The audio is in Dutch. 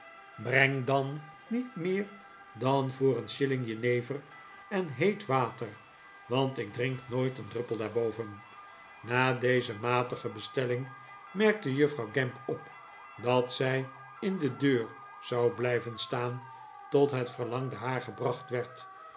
breng dan niet meer dan voor een shilling jenever en heet water want ik drink nooit een druppel daarboven na deze matige bestelling merkte juffrouw gamp op dat zij in de deur zou blijven staan tot het verlangde haar gebracht werd